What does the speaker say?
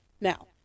Now